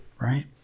right